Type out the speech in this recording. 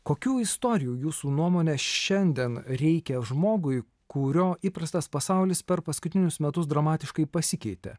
kokių istorijų jūsų nuomone šiandien reikia žmogui kurio įprastas pasaulis per paskutinius metus dramatiškai pasikeitė